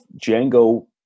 Django